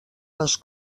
les